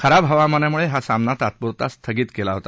खराब हवामानामुळे हा सामना तात्पुरता स्थगित केला होता